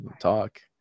talk